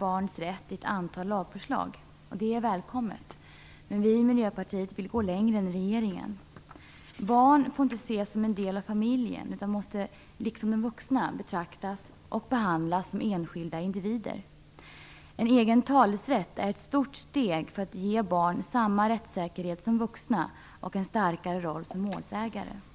barns rätt upp, och ett antal lagförslag för att förbättra denna presenteras. Det är välkommet. Men vi i Miljöpartiet vill gå längre än regeringen. Barn får inte ses som en del av familjen utan måste liksom vuxna betraktas och behandlas som enskilda individer. En egen talerätt är ett stort steg mot att ge barn samma rättssäkerhet som vuxna och en starkare roll som målsägare.